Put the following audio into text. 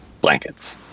blankets